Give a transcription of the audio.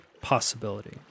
possibility